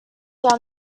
down